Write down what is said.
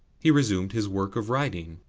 he resumed his work of writing.